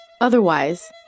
Otherwise